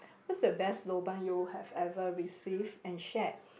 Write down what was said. what's the best lobang you have ever received and shared